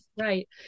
right